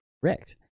Correct